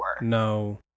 no